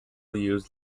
used